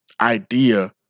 idea